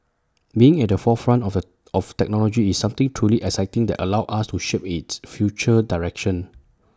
being at the forefront of A of technology is something truly exciting that allows us to shape its future direction